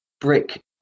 Brick